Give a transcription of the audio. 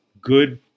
good